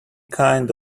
kind